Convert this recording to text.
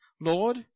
Lord